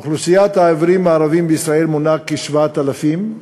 אוכלוסיית העיוורים הערבים בישראל מונה כ-7,000 איש.